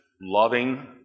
loving